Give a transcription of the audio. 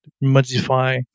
modify